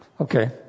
okay